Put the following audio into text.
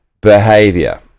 behavior